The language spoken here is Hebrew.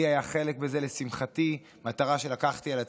לי היה חלק בזה, לשמחתי, מטרה שלקחתי על עצמי.